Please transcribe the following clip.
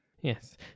Yes